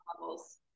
levels